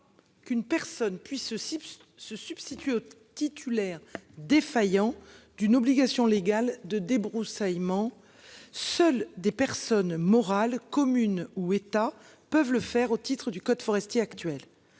qu'une personne puisse se se substitue aux titulaire défaillant d'une obligation légale de débroussaillement. Seules des personnes morales communes ou États peuvent le faire au titre du code forestier actuel